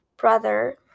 brother